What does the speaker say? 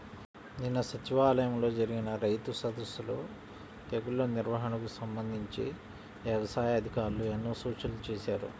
నిన్న సచివాలయంలో జరిగిన రైతు సదస్సులో తెగుల్ల నిర్వహణకు సంబంధించి యవసాయ అధికారులు ఎన్నో సూచనలు చేశారు